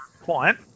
client